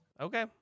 okay